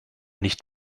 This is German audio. nicht